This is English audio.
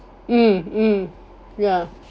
mm mm ya